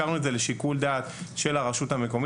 אפשרנו להשאיר את זה לשיקול הדעת של הרשות המקומית.